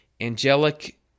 angelic